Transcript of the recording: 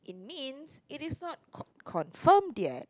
means it is not con~ confirm yet